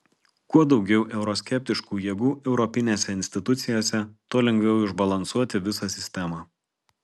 kuo daugiau euroskeptiškų jėgų europinėse institucijose tuo lengviau išbalansuoti visą sistemą